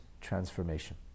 transformation